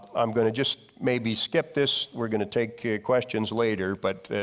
i'm going to just maybe skip this, we're going to take questions later. but